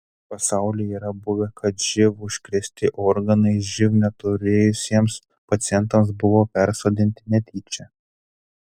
pasaulyje yra buvę kad živ užkrėsti organai živ neturėjusiems pacientams buvo persodinti netyčia